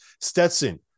Stetson